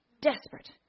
desperate